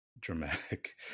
dramatic